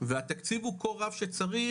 והתקציב הוא כה רב שצריך,